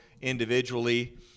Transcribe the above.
individually